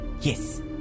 Yes